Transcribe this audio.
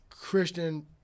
Christian